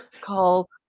call